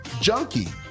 junkie